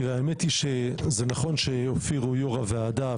האמת היא שזה נכון שאופיר הוא יו"ר הוועדה,